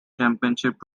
championship